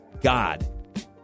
God